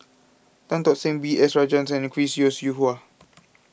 Tan Tock San B S Rajhans and Chris Yeo Siew Hua